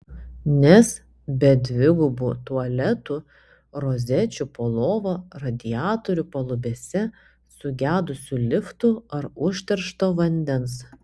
nes be dvigubų tualetų rozečių po lova radiatorių palubėse sugedusių liftų ar užteršto vandens